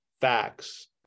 facts